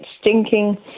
stinking